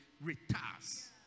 retires